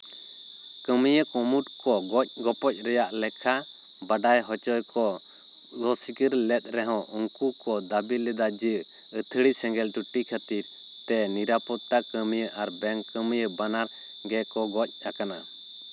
ᱠᱟᱹᱢᱭᱟᱹ ᱠᱩᱢᱩᱴ ᱠᱚ ᱜᱚᱡ ᱜᱚᱯᱚᱡ ᱨᱮᱭᱟᱜ ᱞᱮᱠᱷᱟ ᱵᱟᱰᱟᱭ ᱦᱚᱪᱚᱭ ᱠᱚ ᱥᱤᱠᱟᱹᱨ ᱞᱮᱜ ᱨᱮᱦᱚᱸ ᱩᱱᱠᱩ ᱠᱚ ᱫᱟᱹᱵᱤ ᱞᱮᱫᱟ ᱡᱮ ᱟᱹᱛᱷᱟᱹᱲᱤ ᱥᱮᱸᱜᱮᱞ ᱴᱩᱴᱤ ᱠᱷᱟᱹᱛᱤᱨᱛᱮ ᱱᱤᱨᱟᱯᱚᱛᱛᱟ ᱠᱟᱹᱢᱤ ᱟᱨ ᱵᱮᱝᱠ ᱠᱟᱹᱢᱤ ᱵᱟᱱᱟᱨ ᱜᱮᱠᱚ ᱜᱚᱡ ᱟᱠᱟᱱᱟ